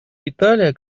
италия